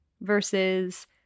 versus